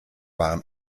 waren